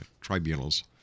tribunals